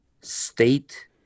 state